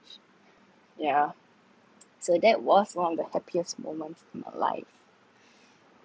yeah so that was one of the happiest moment of my life